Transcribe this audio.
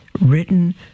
written